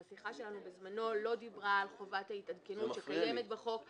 השיחה שלנו בזמנו לא דיברה על חובת ההתעדכנות שקיימת בחוק.